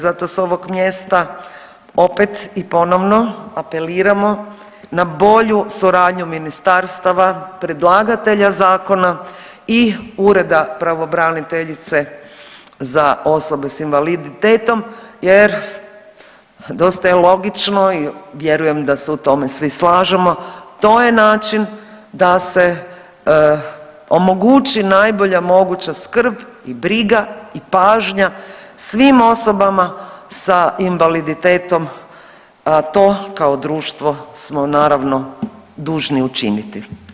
Zato s ovog mjesta opet i ponovno apeliramo na bolju suradnju ministarstava, predlagatelja zakona i Ureda pravobraniteljice za osobe s invaliditetom jer dosta je logično i vjerujem da se u tome svi slažemo, to je način da se omogući najbolja moguća skrb i briga i pažnja svim osobama sa invaliditetom, to kao društvo smo naravno, dužni učiniti.